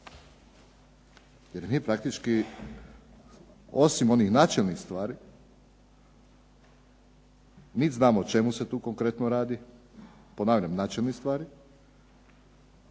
Jer mi praktički osim onih načelnih stvari niti znamo o čemu se tu konkretno radi, ponavljam načelnih stvari,